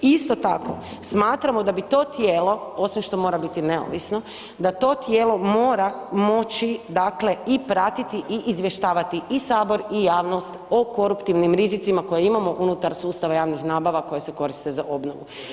Isto tako smatramo da bi to tijelo, osim što mora biti neovisno, da to tijelo mora moći i pratiti i izvještavati i Sabor i javnost o koruptivnim rizicima koje imamo unutar sustava javnih nabava koje se koriste za obnovu.